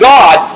God